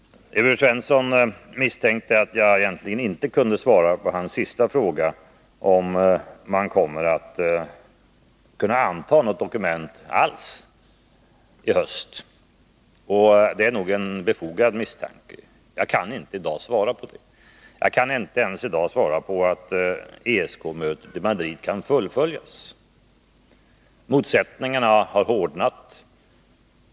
Evert Svensson misstänkte att jag egentligen inte kunde svara på hans sista fråga: om man kommer att kunna anta något dokument alls i höst. Det är nog en befogad misstanke. Jag kan i dag inte svara på detta. Jag kan i dag inte ens svara på frågan om huruvida ESK-mötet i Madrid kan fullföljas. Motsättningarna har hårdnat.